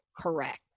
correct